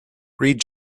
read